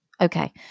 Okay